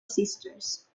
sisters